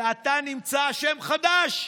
ועתה נמצא אשם חדש,